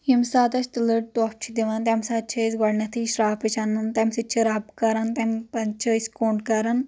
ییمہِ ساتہٕ اسہِ تُلٕر ٹوٚپھ چھِ دِوان تمہِ ساتہٕ چھِ أسۍ گۄڈنیٚتھِے شراپٕچ انان تمہِ سۭتۍ چھِ رب کران تمہِ پتہٕ چھِ أسۍ کوٚنڈ کران